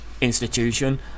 institution